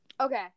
Okay